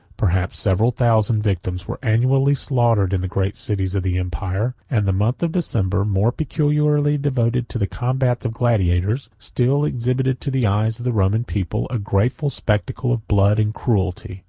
perhaps several thousand, victims were annually slaughtered in the great cities of the empire and the month of december, more peculiarly devoted to the combats of gladiators, still exhibited to the eyes of the roman people a grateful spectacle of blood and cruelty.